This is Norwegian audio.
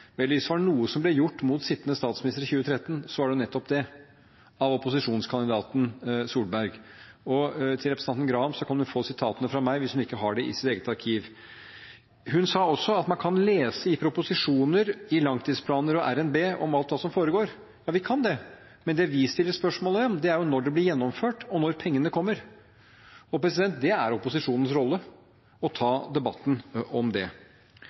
var noe som ble gjort mot sittende statsminister i 2013, var det nettopp det – av opposisjonskandidaten Solberg. Og representanten Graham kan få sitatene av meg hvis hun ikke har dem i sitt eget arkiv. Hun sa også at man kan lese i proposisjoner, langtidsplaner og RNB hva som foregår. Ja, vi kan det. Men det vi stiller spørsmål om, er når det blir gjennomført, og når pengene kommer. Det er opposisjonens rolle å ta debatten om det. Denne debatten har vært nyttig. Vi skal fortsatt stå sammen om dette. Vi skal støtte regjeringen der det er nødvendig. Det